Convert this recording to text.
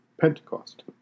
Pentecost